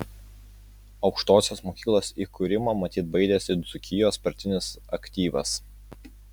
aukštosios mokyklos įkūrimo matyt baidėsi dzūkijos partinis aktyvas